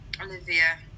Olivia